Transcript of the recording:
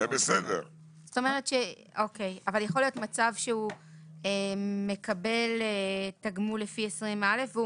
אבל יכול להיות מצב שהוא מקבל תגמול לפי 20א והוא